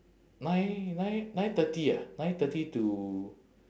nine nine nine thirty ah nine thirty to